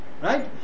Right